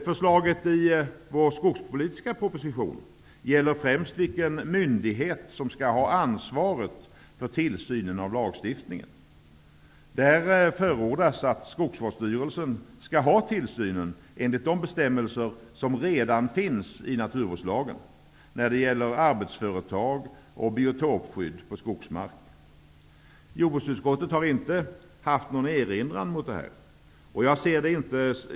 Förslaget i vår skogspolitiska proposition gäller främst vilken myndighet som skall ha ansvaret för tillsynen av lagstiftningen. Där förordas att Skogsvårdsstyrelsen skall ha tillsynen enligt de bestämmelser som redan finns i naturvårdslagen när det gäller arbetsföretag och biotopskydd på skogsmark. Jordbruksutskottet har inte haft någon erinran här.